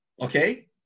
Okay